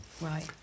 Right